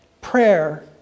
Prayer